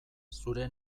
zure